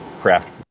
craft